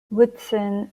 woodson